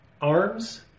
arms